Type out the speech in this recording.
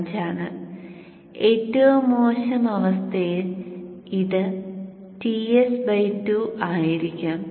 5 ആണ് ഏറ്റവും മോശം അവസ്ഥയിൽ ഇത് Ts2 ആയിരിക്കാം